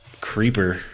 Creeper